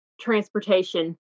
transportation